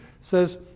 says